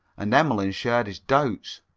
and emmeline shared his doubts.